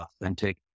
authentic